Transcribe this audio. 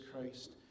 Christ